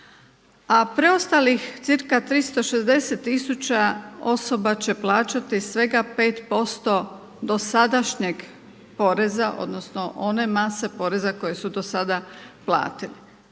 a preostalih cca 360 tisuća osoba će plaćati svega 5% dosadašnjeg poreza odnosno one mase poreza koje su do sada plaćali.